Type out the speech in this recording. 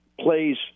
plays